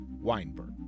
Weinberg